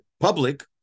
public